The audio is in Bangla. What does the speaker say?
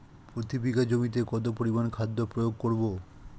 প্রতি বিঘা জমিতে কত পরিমান খাদ্য প্রয়োগ করব?